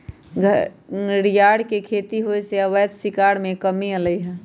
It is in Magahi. घरियार के खेती होयसे अवैध शिकार में कम्मि अलइ ह